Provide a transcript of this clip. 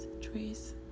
trees